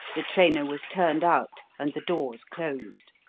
the trainer was turned out and the doors closed,